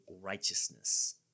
righteousness